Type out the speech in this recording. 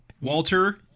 Walter